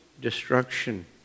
destruction